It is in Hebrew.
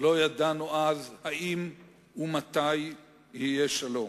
לא ידענו אז אם ומתי יהיה שלום.